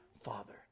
Father